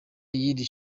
y’iri